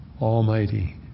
almighty